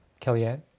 Kellyanne